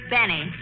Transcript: Benny